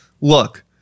look